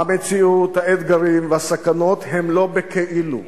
המציאות, האתגרים והסכנות הם לא בכאילו.